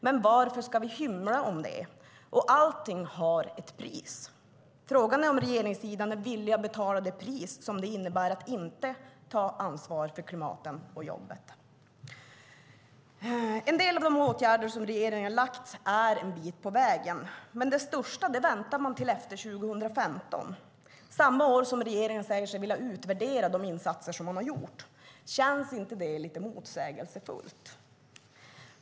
Men varför ska vi hymla om det? Allting har ett pris. Frågan är om regeringssidan är villig att betala det pris som det innebär att inte ta ansvar för klimatet och jobben. En del av regeringens åtgärder är en bit på vägen. Men det största väntar man med till efter 2015, samma år som regeringen säger sig vilja utvärdera de insatser som man har gjort. Känns inte det lite motsägelsefullt?